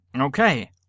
okay